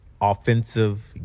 offensive